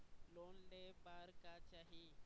Loan ले बार का चाही?